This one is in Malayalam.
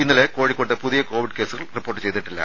ഇന്നലെ കോഴിക്കോട്ട് പുതിയ കോവിഡ് കേസുകൾ റിപ്പോർട്ട് ചെയ്തിട്ടില്ല